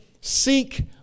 seek